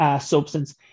substance